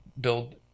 build